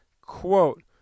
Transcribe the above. Quote